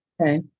Okay